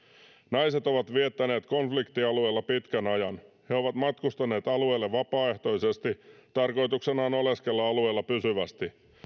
naiset ovat viettäneet konfliktialueella pitkän ajan he ovat matkustaneet alueelle vapaaehtoisesti tarkoituksenaan oleskella alueella pysyvästi he